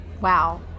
Wow